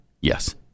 Yes